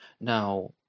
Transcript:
Now